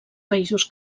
països